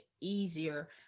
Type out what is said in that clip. easier